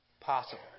possible